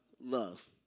love